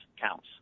counts